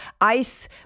ice